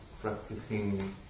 practicing